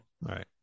Right